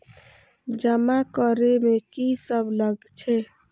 जमा करे में की सब लगे छै?